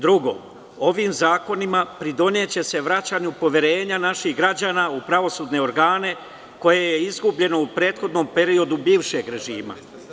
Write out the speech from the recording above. Drugo, ovim zakonima pridoneće se vraćanju poverenja naših građana u pravosudne organe, koje je izgubljeno u prethodnom periodu bivšeg režima.